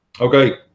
Okay